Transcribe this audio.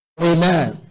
amen